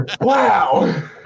wow